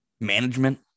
management